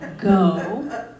go